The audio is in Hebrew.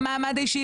במעמד האישי,